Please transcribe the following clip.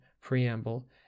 Preamble